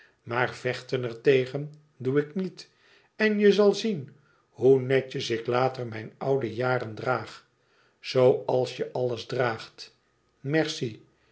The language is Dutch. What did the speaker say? maar vechten er tegen doe ik niet en je zal zien hoe netjes ik later mijn oude jaren draag zoo als je alles draagt merci